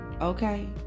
Okay